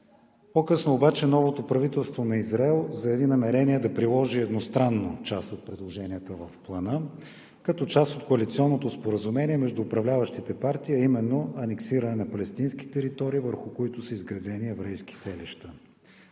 По-късно обаче новото правителство на Израел заяви намерения да приложи едностранно част от предложенията в плана, като част от коалиционното споразумение между управляващите партии е именно анексирани палестински територии, върху които са изградени еврейски селища.